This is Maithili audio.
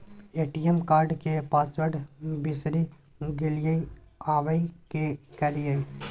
ए.टी.एम कार्ड के पासवर्ड बिसरि गेलियै आबय की करियै?